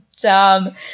dumb